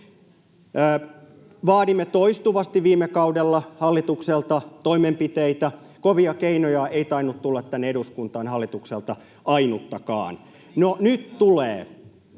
Vaadimme toistuvasti viime kaudella hallitukselta toimenpiteitä. Kovia keinoja ei tainnut tulla tänne eduskuntaan hallitukselta ainuttakaan. No, nyt tulee.